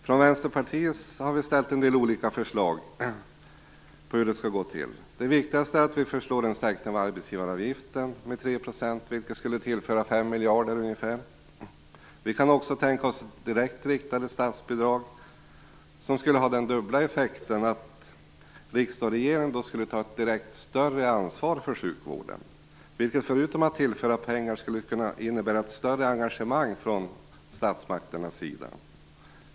Från Vänsterpartiet har vi lagt fram en del olika förslag på hur det skall gå till. Det viktigaste är att vi föreslår en sänkning av arbetsgivaravgiften med 3 %, vilket skulle tillföra ungefär 5 miljarder. Vi kan också tänka oss direkt riktade statsbidrag, som skulle ha den dubbla effekten att riksdag och regering skulle ta ett större direkt ansvar för sjukvården, vilket förutom att tillföra pengar skulle kunna innebära ett större engagemang från statsmakternas sida.